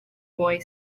boy